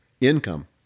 income